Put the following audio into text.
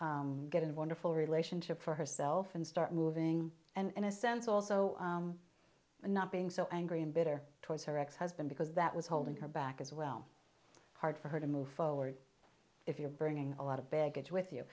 get in wonderful relationship for herself and start moving and in a sense also not being so angry and bitter towards her ex husband because that was holding her back as well hard for her to move forward if you're bringing a lot of baggage with you